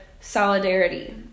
solidarity